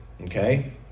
okay